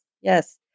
yes